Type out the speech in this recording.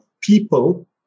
people